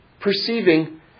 perceiving